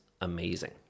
amazing